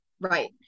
right